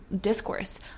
discourse